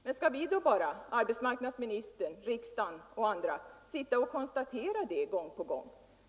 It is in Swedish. Men skall då arbetsmarknadsministern, riksdagen och andra ansvariga bara konstatera detta gång på gång?